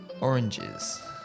Oranges